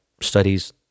studies